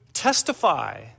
testify